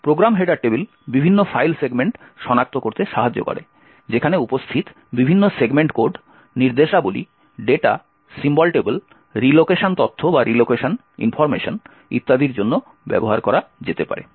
programme header table বিভিন্ন file segment সনাক্ত করতে সাহায্য করে যেখানে উপস্থিত বিভিন্ন সেগমেন্ট কোড নির্দেশাবলী data symbol table relocation তথ্য ইত্যাদির জন্য ব্যবহার করা যেতে পারে